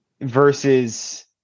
versus